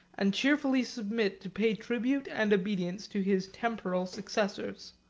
and cheerfully submit to pay tribute and obedience to his temporal successors.